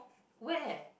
where